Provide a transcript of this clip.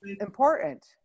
important